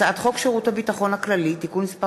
הצעת חוק שירות הביטחון הכללי (תיקון מס'